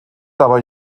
dabei